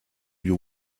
you